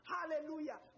Hallelujah